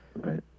Right